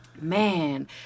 Man